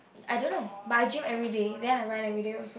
I don't know but I gym everyday then I run everyday also